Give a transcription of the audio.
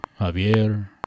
Javier